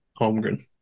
Holmgren